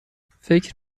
فکر